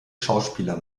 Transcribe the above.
schauspieler